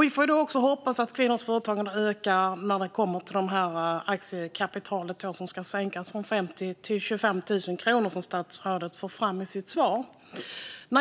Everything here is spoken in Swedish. Vi får hoppas att kvinnors företagande ökar när nu det lägsta tillåtna aktiekapitalet sänks från 50 000 kronor till 25 000 kronor, som statsrådet för fram i sitt svar.